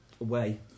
Away